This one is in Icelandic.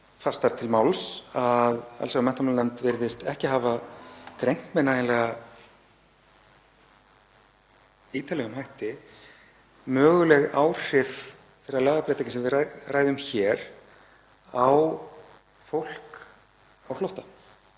fastar til máls, að allsherjar- og menntamálanefnd virðist ekki hafa greint með nægilega ítarlegum hætti möguleg áhrif þeirra lagabreytinga sem við ræðum hér á fólk á flótta,